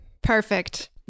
Perfect